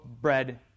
bread